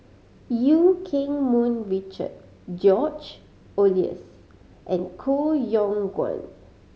Eu Keng Mun Richard George Oehlers and Koh Yong Guan